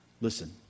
listen